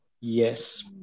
Yes